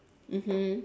mmhmm